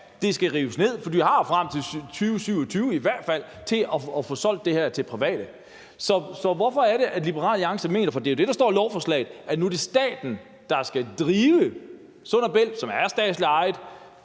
det skal rives ned, for vi har jo frem til i hvert fald 2027 til at få det her solgt til private. Så hvorfor er det, at Liberal Alliance mener – det er jo det, der står i lovforslaget – at nu er det staten, der skal drive Sund & Bælt, som er statsligt ejet?